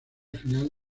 final